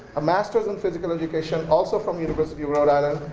a master's in physical education also from university of rhode island,